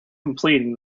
completing